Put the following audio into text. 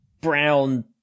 brown